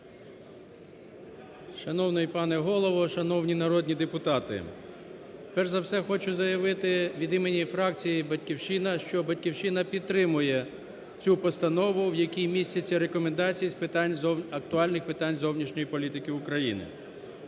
Шановний пане Голово, шановні народні депутати. Перш за все хочу заявити від імені фракції "Батьківщина", що "Батьківщина" підтримує цю постанову, в якій містяться рекомендації з актуальних питань зовнішньої політики України.